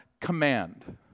command